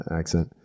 accent